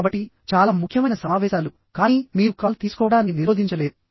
కాబట్టి చాలా ముఖ్యమైన సమావేశాలు కానీ మీరు కాల్ తీసుకోవడాన్ని నిరోధించలేరు